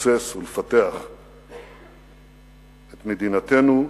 לבסס ולפתח את מדינתנו,